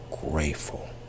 grateful